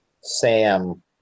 Sam